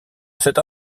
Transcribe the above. cette